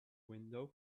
window